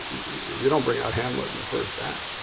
you don't bring out hamlet in the first act.